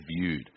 viewed